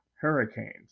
hurricanes